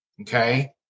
Okay